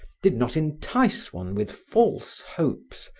did not entice one with false hopes,